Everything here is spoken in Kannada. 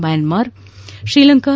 ಮ್ಯಾನ್ಮಾರ್ ಶ್ರೀಲಂಕಾ